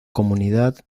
mancomunidad